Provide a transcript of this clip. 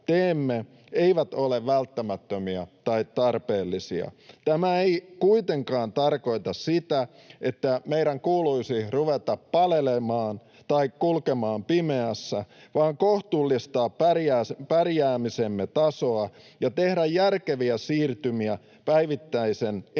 eivät ole välttämättömiä tai tarpeellisia. Tämä ei kuitenkaan tarkoita sitä, että meidän kuuluisi ruveta palelemaan tai kulkemaan pimeässä vaan kohtuullistaa pärjäämisemme tasoa ja tehdä järkeviä siirtymiä päivittäisen energiakäyttömme